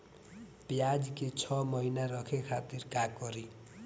प्याज के छह महीना रखे खातिर का करी?